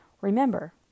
Remember